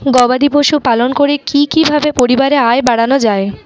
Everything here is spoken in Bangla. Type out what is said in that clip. গবাদি পশু পালন করে কি কিভাবে পরিবারের আয় বাড়ানো যায়?